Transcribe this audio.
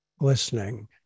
listening